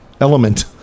element